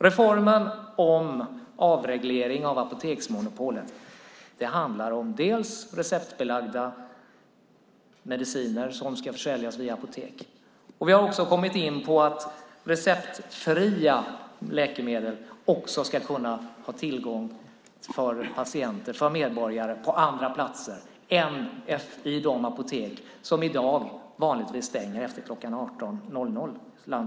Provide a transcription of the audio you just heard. Reformen om avreglering av apoteksmonopolet handlar dels om receptbelagda mediciner som ska säljas via apotek, dels om receptfria läkemedel som patienter, medborgare, ska ha tillgång till på andra platser än på de apotek som landet runt vanligtvis stänger kl. 18.00.